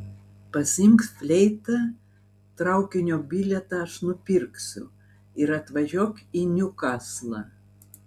pasiimk fleitą traukinio bilietą aš nupirksiu ir atvažiuok į niukaslą